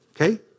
okay